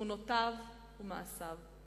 תכונותיו ומעשיו.